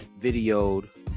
videoed